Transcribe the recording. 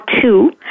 two